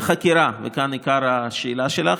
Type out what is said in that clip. בחקירה, וכאן עיקר התשובה לשאלה שלך,